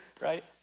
right